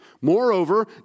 Moreover